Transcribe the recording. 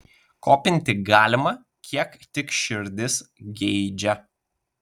kopinti galima kiek tik širdis geidžia